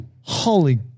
holy